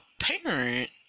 parent